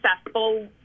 successful